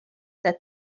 that